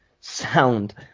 sound